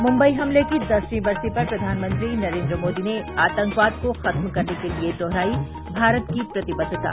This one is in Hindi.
मुम्बई हमले की दसवीं बरसी पर प्रधानमंत्री नरेन्द्र मोदी ने आतंकवाद को खत्म करने के लिए भारत की दुहराई भारत की प्रतिबद्धता